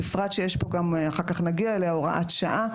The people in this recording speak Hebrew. בפרט שיש פה אחר כך גם הוראת שעה,